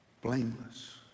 blameless